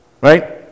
Right